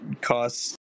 costs